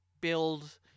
build